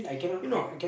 you know